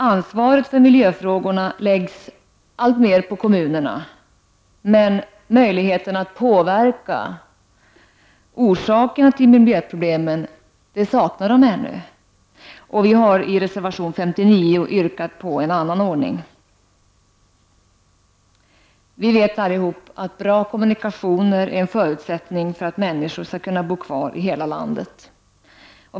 Ansvaret för miljöfrågorna läggs allt mer på kommunerna, men möjligheten att påverka orsakerna till miljöproblemen saknas ännu. Vi har i reservation 59 yrkat på en annan ordning. Vi vet alla att bra kommunikationer är en förutsättning för att människor skall kunna bo kvar i hela landet.